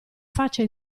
faccia